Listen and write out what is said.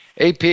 AP